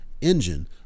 engine